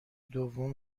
دوم